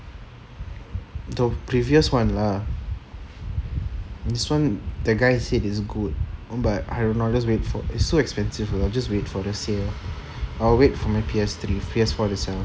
the previous one lah this one the guy said is good no but I don't know I will just wait for it it's so expensive you know I will just wait for the sale I will wait for my P_S three P_S four I sell